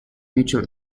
mutual